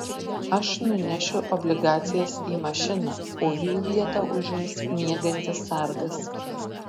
aš nunešiu obligacijas į mašiną o jų vietą užims miegantis sargas